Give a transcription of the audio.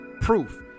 proof